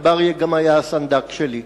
רב אריה היה גם הסנדק שלי,